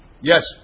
Yes